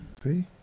See